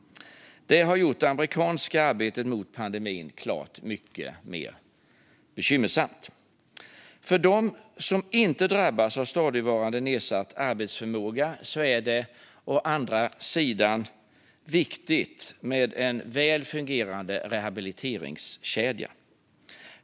Det har gjort det amerikanska arbetet mot pandemin klart mycket mer bekymmersamt. För dem som inte drabbas av stadigvarande nedsatt arbetsförmåga är det å andra sidan viktigt med en väl fungerande rehabiliteringskedja.